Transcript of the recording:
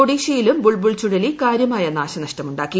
ഒഡീഷയിലും ബുൾബുൾ ചുഴ്ലി കാര്യമായ നാഷനഷ്ടമുണ്ടാക്കി